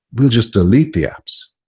we just delete the apps.